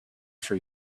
for